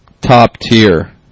top-tier